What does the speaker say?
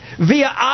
via